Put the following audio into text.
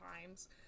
times